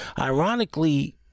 ironically